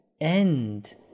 end